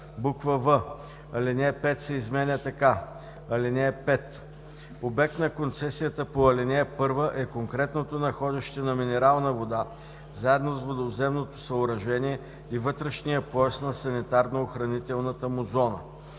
в) алинея 5 се изменя така: (5) Обект на концесията по ал. 1 е конкретното находище на минерална вода, заедно с водовземното съоръжение и вътрешният пояс на санитарно-охранителната му зона.“;